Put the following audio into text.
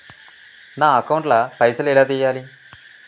నా అకౌంట్ ల పైసల్ ఎలా తీయాలి?